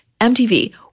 MTV